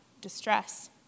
distress